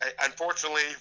Unfortunately